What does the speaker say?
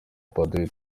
padiri